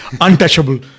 untouchable